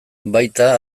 baita